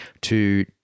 to-